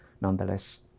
nonetheless